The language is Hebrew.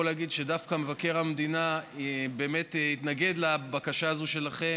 להגיד שדווקא מבקר המדינה התנגד לבקשה הזאת שלכם.